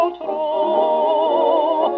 true